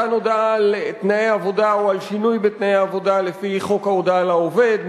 מתן הודעה על תנאי עבודה או על שינוי בתנאי עבודה לפי חוק ההודעה לעובד,